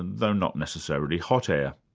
though not necessarily hot air.